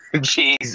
Jesus